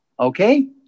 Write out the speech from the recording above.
Okay